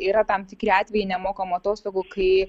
yra tam tikri atvejai nemokamų atostogų kai